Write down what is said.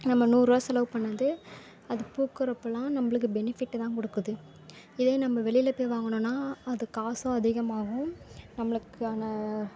நம்ம நூறுரூவா செலவு பண்ணது அது பூக்கிறப்பெல்லாம் நம்மளுக்கு பெனிஃபிட்டு தான் கொடுக்குது இதே நம்ம வெளியில் போய் வாங்கினோம்னா அது காசும் அதிகமாகும் நம்மளுக்கான